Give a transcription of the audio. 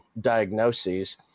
diagnoses